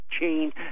change